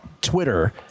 Twitter